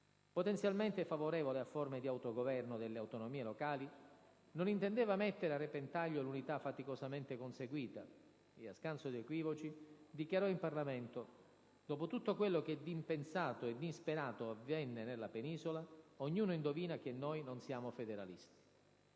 Potenzialmente favorevole a forme di autogoverno delle autonomie locali, non intendeva mettere a repentaglio l'Unità faticosamente conseguita e, a scanso di equivoci, dichiarò in Parlamento: «Dopo tutto quello che d'impensato e d'insperato avvenne nella penisola, ognuno indovina che noi non siamo federalisti».